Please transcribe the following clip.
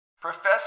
Professor